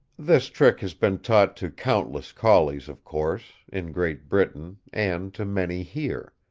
this trick has been taught to countless collies, of course, in great britain, and to many here.